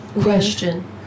question